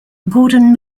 gordon